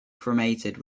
cremated